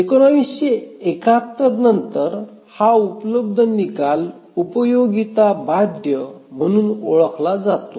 1971नंतर हा उपलब्ध पहिला निकाल उपयोगिता बाध्य म्हणून ओळखला जातो